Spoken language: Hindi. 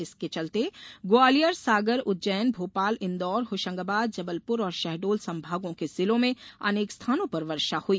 इसके चलते ग्वालियर सागर उज्जैन भोपाल इन्दौर होशंगाबाद जबलपुर और शहडोल संभागों के जिलों में अनेक स्थानों पर वर्षा हुई